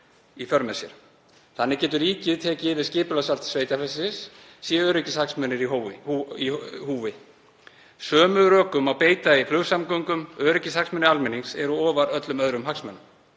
Þannig getur ríkið tekið yfir skipulagsvald sveitarfélagsins séu öryggishagsmunir í húfi. Sömu rökum má beita í flugsamgöngum. Öryggishagsmunir almennings eru ofar öllum öðrum hagsmunum.